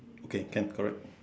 okay can correct